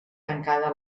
tancada